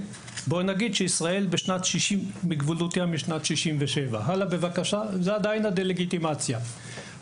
בוא נגיד שזה מתייחס לישראל בגבולותיה משנת 1967. ג׳ - הקשר